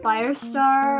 Firestar